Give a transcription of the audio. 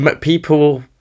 people